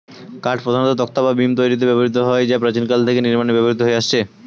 কাঠ প্রধানত তক্তা বা বিম তৈরিতে ব্যবহৃত হয় যা প্রাচীনকাল থেকে নির্মাণে ব্যবহৃত হয়ে আসছে